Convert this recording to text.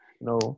No